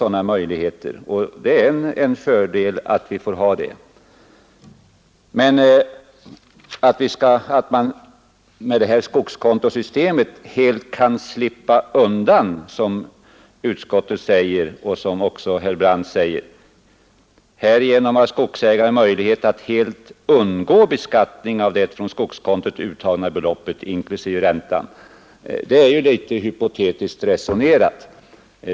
Under lång tid har vi önskat få tillfälle till en resultatutjämning, och att vi nu har det är en fördel. Utskottet säger emellertid: ”Härigenom har skogsägaren möjlighet att helt undgå beskattning av det från skogskontot uttagna beloppet inklusive ränta.” Det är, herr Brandt, ett något hypotetiskt resonemang.